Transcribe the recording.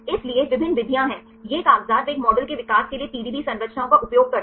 इसलिए विभिन्न विधियां हैं ये कागजात वे एक मॉडल के विकास के लिए पीडीबी संरचनाओं का उपयोग करते हैं